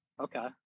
Okay